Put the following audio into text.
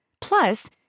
Plus